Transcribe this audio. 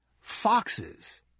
foxes